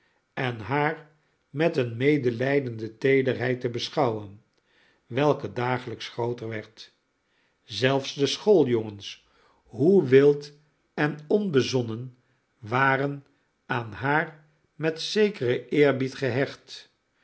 en haar met eene medelijdende teederheid te beschouwen welke dagelijks grooter werd zelfs de school jongens hoe wild en onbezonnen waren aan haar met zekeren eerbied gehecht